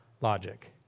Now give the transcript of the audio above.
logic